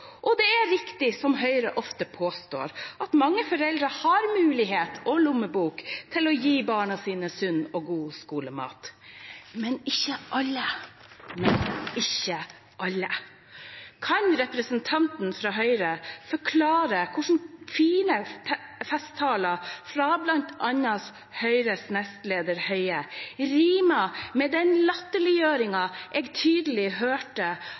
Det er riktig som Høyre ofte påstår, at mange foreldre har mulighet og lommebok til å gi barna sine sunn og god skolemat – men ikke alle. Kan representanten fra Høyre forklare hvordan fine festtaler fra bl.a. Høyres nestleder, Høie, rimer med den latterliggjøringen jeg tydelig hørte